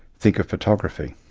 think of photography.